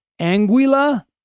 anguila